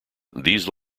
these